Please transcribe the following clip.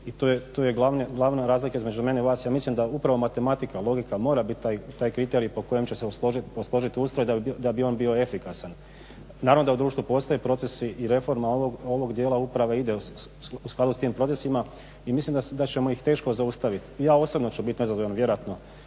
i to je glavna razlika između mene, vas. Ja mislim da upravo matematika, logika mora biti taj kriterij po kojem će se posložit ustroj da bi on bio efikasan. Naravno da u društvu postoje procesi i reforma ovog dijela uprave ide u skladu s tim procesima. I mislim da ćemo ih teško zaustaviti. Ja osobno ću bit nezadovoljan vjerojatno